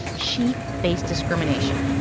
she faced discrimination.